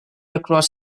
across